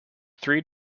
three